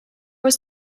was